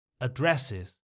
addresses